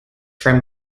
from